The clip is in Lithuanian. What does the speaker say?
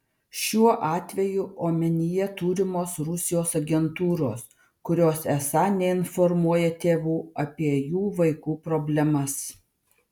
šiuo atveju omenyje turimos rusijos agentūros kurios esą neinformuoja tėvų apie jų vaikų problemas